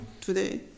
today